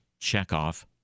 checkoff